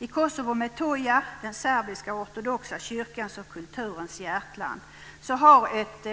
I Kosovo Methoja, den serbiska ortodoxa kyrkans och kulturens hjärtland, har ett